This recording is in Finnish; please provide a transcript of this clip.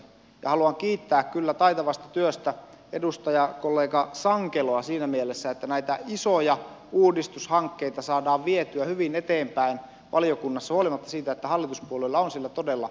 haluan kiittää kyllä taitavasta työstä edustajakollega sankeloa siinä mielessä että näitä isoja uudistushankkeita saadaan vietyä hyvin eteenpäin valiokunnassa huolimatta siitä että hallituspuolueilla on siellä todella vähemmistö